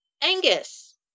Angus